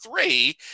three